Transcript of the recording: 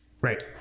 right